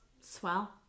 swell